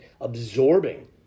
absorbing